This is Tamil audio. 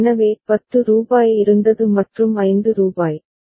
எனவே ரூபாய் 10 இருந்தது மற்றும் ரூபாய் 5